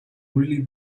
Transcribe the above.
really